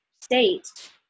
state